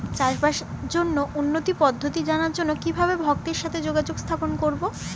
চাষবাসের জন্য উন্নতি পদ্ধতি জানার জন্য কিভাবে ভক্তের সাথে যোগাযোগ স্থাপন করব?